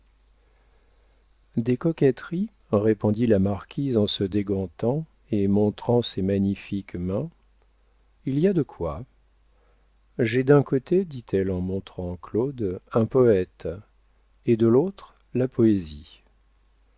des coquetteries répondit la marquise en se dégantant et montrant ses magnifiques mains il y a de quoi j'ai d'un côté dit-elle en montrant claude un poète et de l'autre la poésie